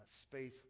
space